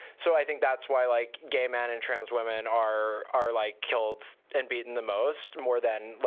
so, i think that's why like gay men and trans women are are like killed and beaten the most more than